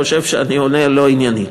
חושב שאני עונה לא עניינית.